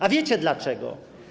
A wiecie dlaczego?